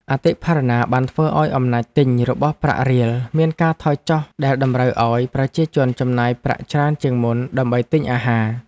អតិផរណាបានធ្វើឱ្យអំណាចទិញរបស់ប្រាក់រៀលមានការថយចុះដែលតម្រូវឱ្យប្រជាជនចំណាយប្រាក់ច្រើនជាងមុនដើម្បីទិញអាហារ។